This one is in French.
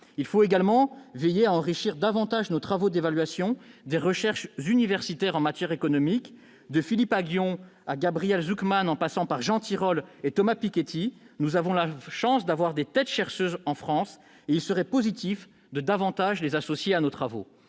Il nous faut veiller aussi à enrichir davantage nos travaux d'évaluation des recherches universitaires en matière économique : de Philippe Aghion à Gabriel Zucman, en passant par Jean Tirole et Thomas Piketty, nous avons la chance d'avoir des têtes chercheuses en France, et il serait positif de les associer davantage à nos travaux.